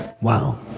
Wow